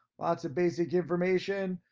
lots of basic information,